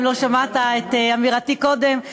אם לא שמעת את אמירתי קודם.